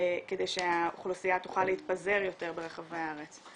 כדי שהאוכלוסייה תוכל להתפזר יותר ברחבי הארץ?